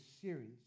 series